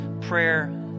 prayer